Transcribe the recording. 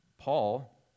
Paul